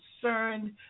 concerned